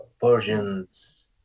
Persians